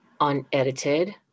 Unedited